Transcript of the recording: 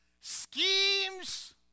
schemes